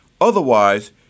Otherwise